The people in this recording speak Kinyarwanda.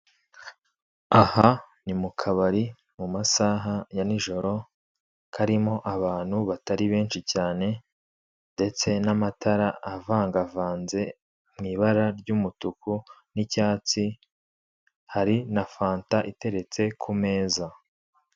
Aha ni mu kabari, mu masaha ya nijoro, karimo abantu batari benshi cyane, ndetse n'amatara avangavanze mu ibara ry'umutuku n'icyatsi, hari na fanta iteretse ku meza.